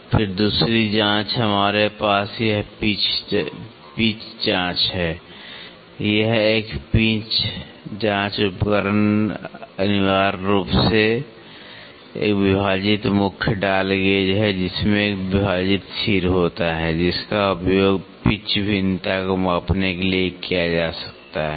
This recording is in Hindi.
फिर दूसरी जांच हमारे पास यह पिच जांच है एक पिच जांच उपकरण अनिवार्य रूप से एक विभाजित मुख्य डायल गेज है जिसमें एक विभाजित सिर होता है जिसका उपयोग पिच भिन्नता को मापने के लिए किया जा सकता है